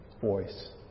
voice